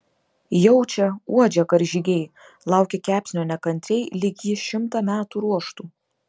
jaučia uodžia karžygiai laukia kepsnio nekantriai lyg jį šimtą metų ruoštų